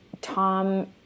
Tom